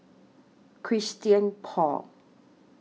Christian Paul